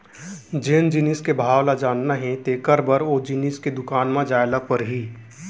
जेन जिनिस के भाव ल जानना हे तेकर बर ओ जिनिस के दुकान म जाय ल परही